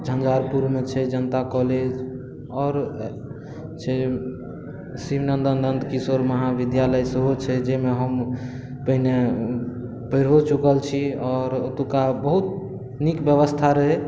झञ्झारपुर मे छै जनता कॉलेज आओर छै शिवनन्दन नन्द किशोर महाबिद्यालय सेहो छै जाहिमे हम पहिने पैढ़ो चुकल छी आओर ओतुका बहुत नीक ब्यबस्था रहै